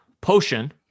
potion